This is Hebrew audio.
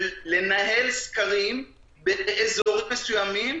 לנהל סקרים באזורים מסוימים,